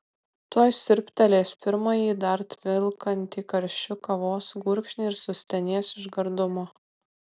tuoj siurbtelės pirmąjį dar tvilkantį karščiu kavos gurkšnį ir sustenės iš gardumo